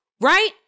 right